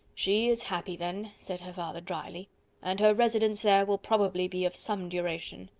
she is happy then, said her father drily and her residence there will probably be of some duration.